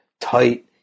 tight